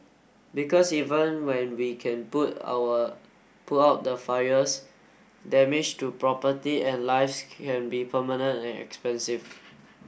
because even when we can put our put out the fires damage to property and lives can be permanent and expensive